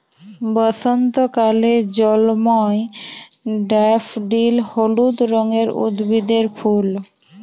বসন্তকালে জল্ময় ড্যাফডিল হলুদ রঙের উদ্ভিদের ফুল